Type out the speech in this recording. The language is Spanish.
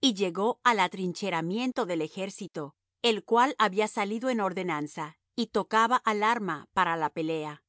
y llegó al atrincheramiento del ejército el cual había salido en ordenanza y tocaba alarma para la pelea